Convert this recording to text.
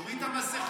תוריד את המסכה.